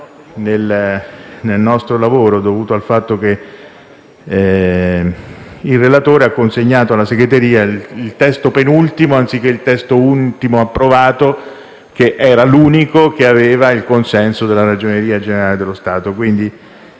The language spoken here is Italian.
nel nostro lavoro, dovuto al fatto che il relatore ha consegnato alla segreteria il penultimo testo, anziché l'ultimo testo approvato, che era l'unico che aveva il consenso della Ragioneria generale dello Stato.